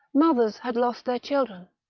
mothers had lost their children,